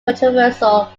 controversial